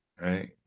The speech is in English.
Right